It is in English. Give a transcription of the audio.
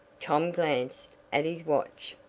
tom glanced at his watch.